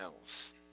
else